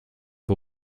die